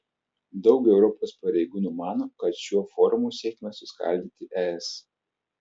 daug europos pareigūnų mano kad šiuo forumu siekiama suskaldyti es